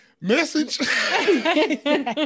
message